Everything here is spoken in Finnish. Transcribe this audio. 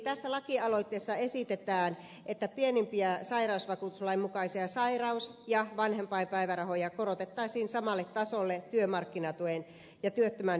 tässä lakialoitteessa esitetään että pienimmät sairausvakuutuslain mukaiset sairaus ja vanhempainpäivärahat korotettaisiin samalle tasolle työmarkkinatuen ja työttömän peruspäivärahan kanssa